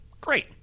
Great